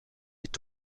est